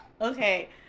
Okay